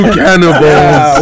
cannibals